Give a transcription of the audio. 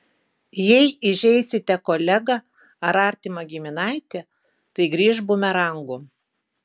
jei įžeisite kolegą ar artimą giminaitį tai grįš bumerangu